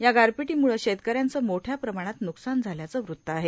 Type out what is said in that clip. या गारपिटीम्ळं शेतकऱ्यांचं मोठ्या प्रमाणात न्कसान झाल्याचं वृत्त आहे